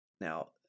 Now